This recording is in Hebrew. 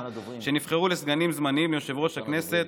שנבחרנו לסגנים זמניים ליושב-ראש הכנסת,